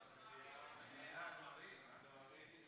הודעה למזכירת הכנסת.